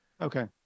Okay